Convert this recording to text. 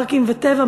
פארקים וטבע,